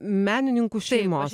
menininkų šeimos